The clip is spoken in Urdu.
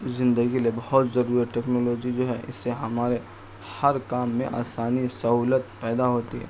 زندگی کے لیے بہت ضرورت ٹیکنالوجی جو ہے اس سے ہمارے ہر کام میں آسانی سہولت پیدا ہوتی ہے